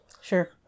Sure